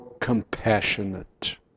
compassionate